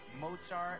Mozart